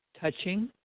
touching